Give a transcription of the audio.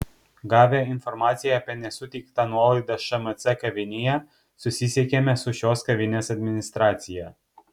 gavę informaciją apie nesuteiktą nuolaidą šmc kavinėje susisiekėme su šios kavinės administracija